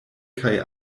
kaj